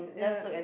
yeah